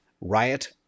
Riot